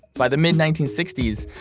by the mid nineteen sixty s,